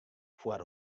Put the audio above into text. foar